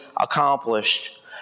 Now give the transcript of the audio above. accomplished